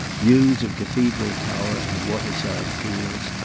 views of cathedral tower and waterside fields,